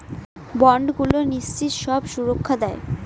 বন্ডগুলো নিশ্চিত সব সুরক্ষা দেয়